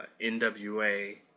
NWA